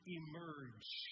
emerge